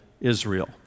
Israel